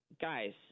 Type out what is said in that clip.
guys